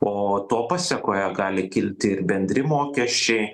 o to pasekoje gali kilti bendri mokesčiai